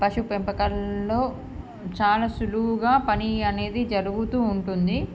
పశు పెంపకాలల్లో చాలా సులువుగా పని అనేది జరుగుతూ ఉంటుంది